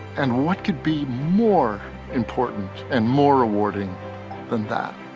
and what could be more important and more rewarding than that?